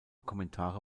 kommentare